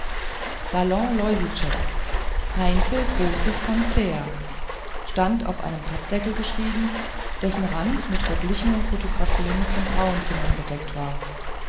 salon loisitschek heinte großes konzehr stand auf einem pappendeckel geschrieben dessen rand mit verblichenen photographien von frauenzimmern bedeckt war